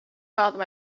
father